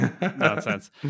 nonsense